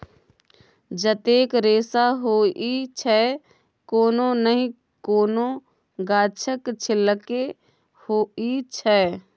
जतेक रेशा होइ छै कोनो नहि कोनो गाछक छिल्के होइ छै